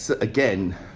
Again